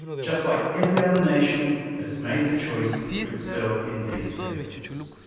just like every other nation that has made the choice to excel in these fields.